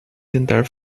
tentar